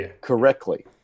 correctly